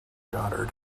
goddard